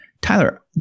Tyler